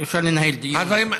אי-אפשר לנהל דיון.